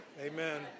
amen